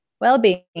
Well-being